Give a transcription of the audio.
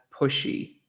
pushy